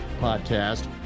podcast